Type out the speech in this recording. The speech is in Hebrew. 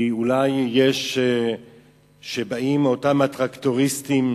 אולי אותם טרקטוריסטים